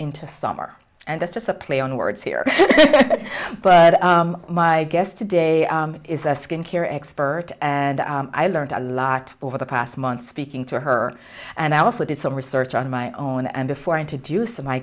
into summer and that's just a play on words here but my guest today is a skin care expert and i learned a lot over the past month speaking to her and i also did some research on my own and before and to do some i